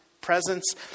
presence